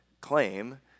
claim